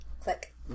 click